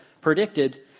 predicted